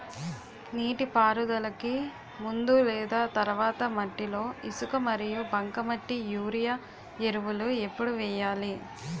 నీటిపారుదలకి ముందు లేదా తర్వాత మట్టిలో ఇసుక మరియు బంకమట్టి యూరియా ఎరువులు ఎప్పుడు వేయాలి?